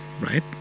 right